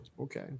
Okay